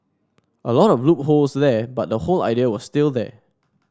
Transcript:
a lot of loopholes there but the whole idea was still there